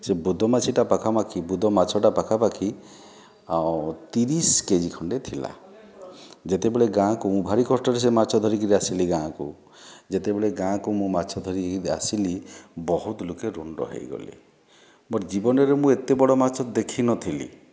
ସେ ବୁଦ ମାଛିଟା ପାଖାପାଖି ବୁଦ ମାଛଟା ପାଖାପାଖି ତିରିଶି କେଜି ଖଣ୍ଡେ ଥିଲା ଯେତେବେଳେ ଗାଁକୁ ମୁଁ ଭାରି କଷ୍ଟରେ ସେ ମାଛ ଧରିକରି ଆସିଲି ଗାଁକୁ ଯେତେବେଳେ ଗାଁକୁ ମୁଁ ମାଛ ଧରି ଆସିଲି ବହୁତ ଲୋକେ ରୁଣ୍ଡ ହୋଇଗଲେ ମୋ'ର ଜୀବନରେ ମୁଁ ଏତେ ବଡ଼ ମାଛ ଦେଖିନଥିଲି